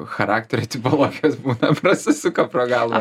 charakterio tipologijos būna prasisuka pro galvą